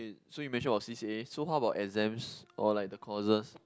so you mention about C_C_A so how about exams or like the courses